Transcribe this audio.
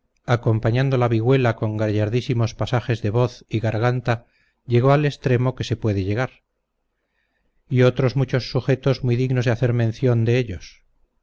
acompañando la vihuela con gallardísimos pasajes de voz y garganta llegó al extremo que se puede llegar y otros muchos sujetos muy dignos de hacer mención de ellos